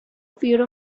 fear